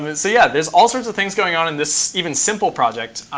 and so yeah, there's all sorts of things going on in this even simple project.